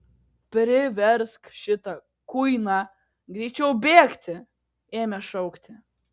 priversk šitą kuiną greičiau bėgti ėmė šaukti